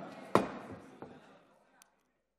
16:00.